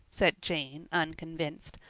said jane unconvinced.